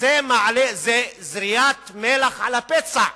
וזו זריית מלח על הפצע.